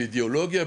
באידיאולוגיה,